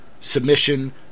submission